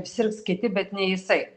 sirgs kiti bet ne jisai